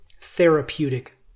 therapeutic